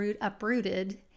uprooted